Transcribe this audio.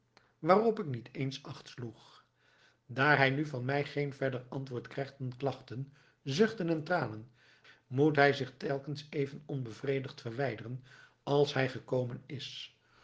waarop ik niet eens acht sloeg daar hij nu van mij geen verder antwoord krijgt dan klachten zuchten en tranen moet hij zich telkens even onbevredigd verwijderen als hij gekomen is